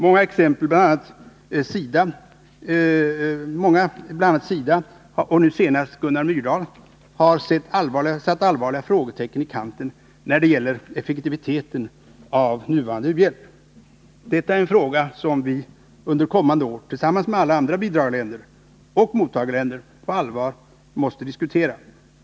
Många, bl.a. SIDA och nu senast Gunnar Myrdal, har satt allvarliga frågetecken i kanten när det gäller effektiviteten av nuvarande u-hjälp. Detta är en fråga som vi under kommande år tillsammans med andra bidragarländer — och mottagarländer — på allvar måste diskutera.